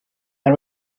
and